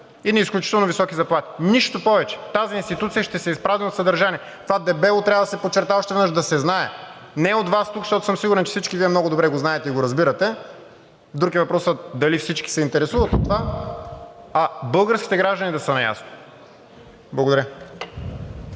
едни изключително високи заплати – нищо повече. Тази институция ще се изпразни от съдържание. Това дебело трябва да се подчертае още веднъж, да се знае. Не от Вас тук, защото съм сигурен, че всички Вие много добре го знаете и го разбирате, друг е въпросът дали всички се интересуват от това, а българските граждани да са наясно. Благодаря.